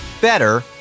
Better